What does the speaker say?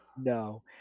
No